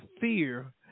fear